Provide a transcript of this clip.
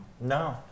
No